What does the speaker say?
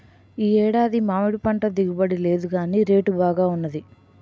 ఈ ఏడాది మామిడిపంట దిగుబడి లేదుగాని రేటు బాగా వున్నది